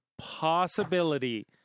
possibility